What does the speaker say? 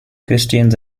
christians